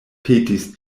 petis